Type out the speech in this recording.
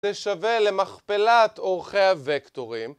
זה שווה למכפלת אורכי הוקטורים.